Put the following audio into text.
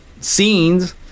scenes